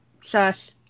shush